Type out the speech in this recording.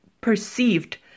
perceived